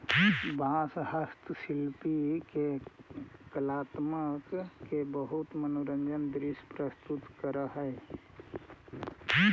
बाँस हस्तशिल्पि के कलात्मकत के बहुत मनोरम दृश्य प्रस्तुत करऽ हई